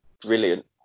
brilliant